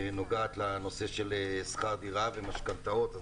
שנוגעת לנושא של שכר דירה ומשכנתאות.